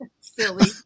Silly